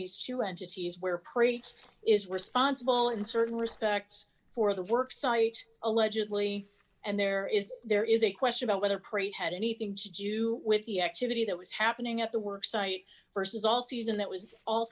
prates is responsible in certain respects for the work site allegedly and there is there is a question about whether craig had anything to do with the activity that was happening at the work site versus all season that was all